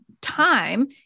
time